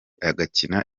agakina